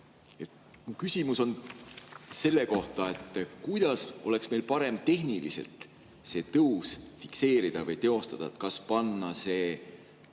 küsimus on selle kohta, kuidas meil oleks parem tehniliselt see tõus fikseerida või teostada. Kas panna see